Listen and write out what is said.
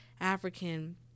African